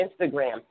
Instagram